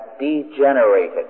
degenerated